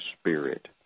spirit